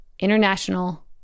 international